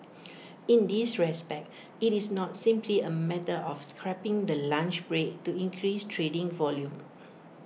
in this respect IT is not simply A matter of scrapping the lunch break to increase trading volume